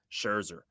Scherzer